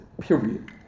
period